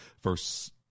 verse